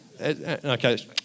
Okay